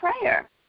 prayer